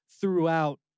throughout